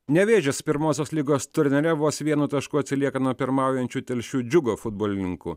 nevėžis pirmosios lygos turnyre vos vienu tašku atsilieka nuo pirmaujančių telšių džiugo futbolininkų